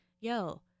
yo